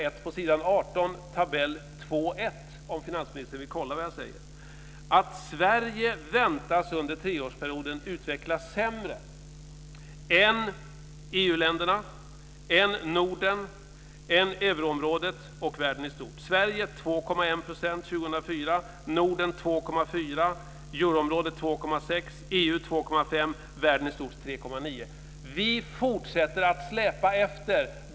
1 på s. 18, tabell 2.1, om finansministern vill kolla vad jag säger, att Sverige väntas under treårsperioden utvecklas sämre än EU Vi fortsätter att släpa efter.